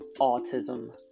autism